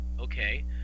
Okay